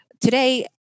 Today